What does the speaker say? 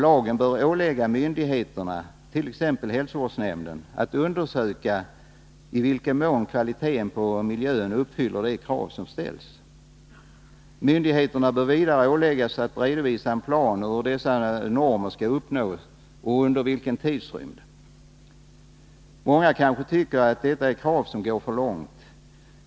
Lagen bör ålägga myndigheterna, t.ex. hälsovårdsnämnden, att undersöka i vilken mån kvaliteten på miljön uppfyller de krav som ställs. Myndigheterna bör vidare åläggas att redovisa en plan för hur dessa normer skall uppnås och under vilken tidrymd. Många kanske tycker att detta är krav som går för långt.